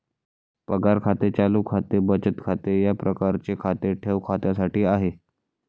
पगार खाते चालू खाते बचत खाते या प्रकारचे खाते ठेव खात्यासाठी आहे